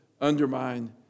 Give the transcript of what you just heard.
undermine